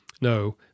No